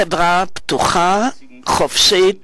חברה פתוחה וחופשית,